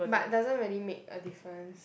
but doesn't really make a difference